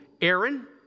Aaron